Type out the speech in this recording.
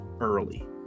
early